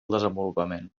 desenvolupament